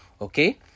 Okay